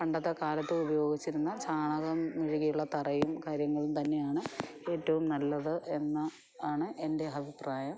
പണ്ടത്തെ കാലത്ത് ഉപയോഗിച്ചിരുന്ന ചാണകം മെഴുകിയുള്ള തറയും കാര്യങ്ങളും തന്നെയാണ് ഏറ്റവും നല്ലത് എന്ന് ആണ് എൻ്റെ അഭിപ്രായം